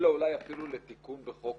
אלא אולי אפילו לתיקון בחוק